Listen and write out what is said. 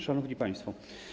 Szanowni Państwo!